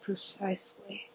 Precisely